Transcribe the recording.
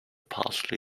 partially